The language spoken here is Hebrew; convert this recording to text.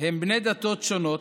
הם בני דתות שונות,